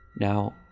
Now